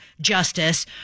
Justice